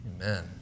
Amen